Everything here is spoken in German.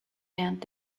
während